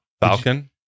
Falcon